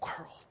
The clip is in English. world